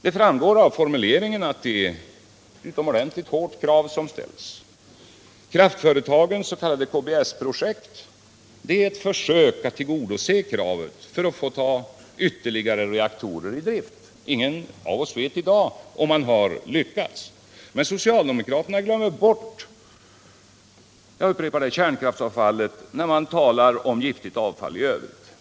Det framgår av formuleringen i villkorslagen att det är ett utomordentligt hårt krav som ställs. Kraftföretagens s.k. KBS-projekt är ett försök att tillgodose kravet för att få ta ytterligare reaktorer i drift. Ingen av oss vet i dag om man har lyckats. Socialdemokraterna glömmer bort kärnkraftsavfallet — jag upprepar det — när de talar om giftigt avfall i övrigt.